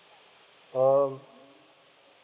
um